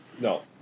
no